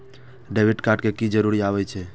Debit card के की जरूर आवे छै?